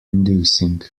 inducing